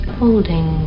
holding